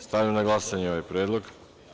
Stavljam na glasanje ovaj predlog.